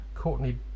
Courtney